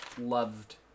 loved